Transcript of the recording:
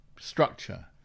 structure